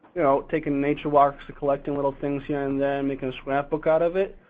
taking nature walks, collecting little things here and there and making a scrapbook out of it.